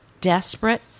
desperate